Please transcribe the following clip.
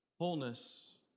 wholeness